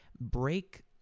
break